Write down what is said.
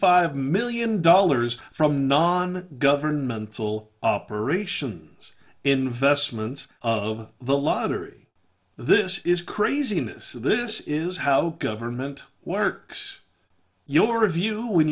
five million dollars from non governmental operations investments of the lottery this is craziness this is how government works your review when